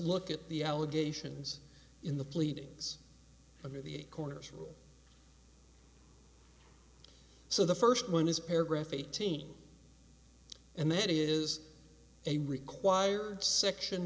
look at the allegations in the pleadings under the corners so the first one is paragraph eighteen and that is a required section